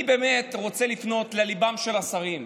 אני באמת רוצה לפנות לליבם של השרים,